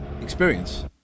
experience